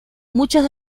muchas